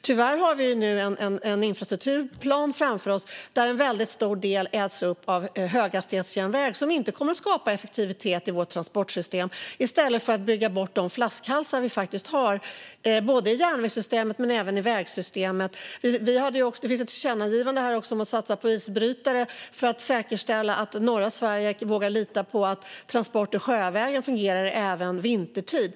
Tyvärr har vi framför oss en infrastrukturplan där en stor del äts upp av en höghastighetsjärnväg. Den kommer inte att skapa effektivitet i vårt transportsystem eller bygga bort de flaskhalsar vi har i både järnvägssystemet och vägsystemet. Det finns även ett tillkännagivande om att satsa på isbrytare för att säkerställa att norra Sverige kan lita på att transporter fungerar sjövägen även vintertid.